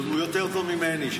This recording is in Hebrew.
הוא יותר טוב ממני.